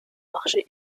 marché